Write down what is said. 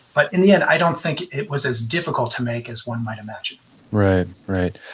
but in the end, i don't think it was as difficult to make as one might imagine right. right.